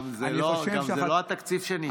גם זה לא התקציב שניתן בכלל.